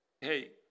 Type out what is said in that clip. hey